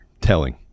telling